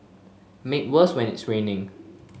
made worse when it's raining